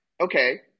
okay